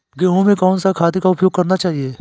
गेहूँ में कौन सा खाद का उपयोग करना चाहिए?